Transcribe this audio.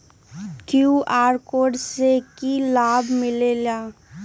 QR code से कि कि लाव मिलेला?